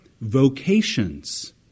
vocations